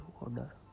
order